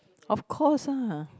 of course lah